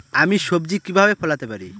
আমি সবজি কিভাবে ফলাতে পারি?